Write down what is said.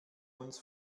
uns